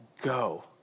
go